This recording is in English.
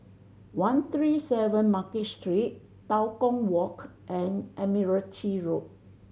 one three seven Market Street Tua Kong Walk and Admiralty Road